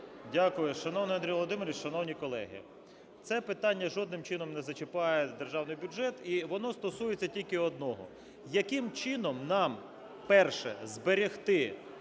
Дякую. Шановний Андрій Володимирович! Шановні колеги! Це питання жодним чином не зачіпає державний бюджет і воно стосується тільки одного, яким чином нам, перше, зберегти